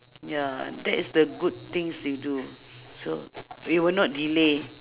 ya that is the good things you do so it will not delay